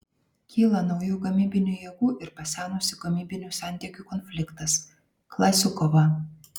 kyla naujų gamybinių jėgų ir pasenusių gamybinių santykių konfliktas klasių kova